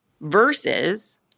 versus